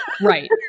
right